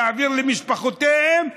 להעביר למשפחותיהם,